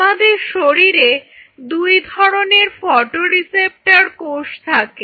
আমাদের শরীরে দুই ধরনের ফটো রিসেপ্টর কোষ থাকে